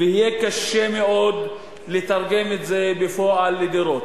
ויהיה קשה מאוד לתרגם את זה בפועל לדירות.